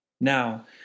Now